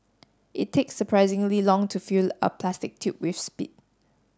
it takes surprisingly long to fill a plastic tube with spit